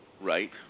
Right